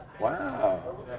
Wow